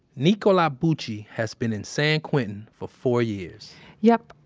nicola bucci has been in san quentin for four years yep.